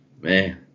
Man